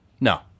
No